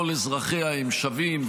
כל אזרחיה הם שווים.